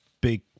big